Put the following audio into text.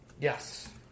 Yes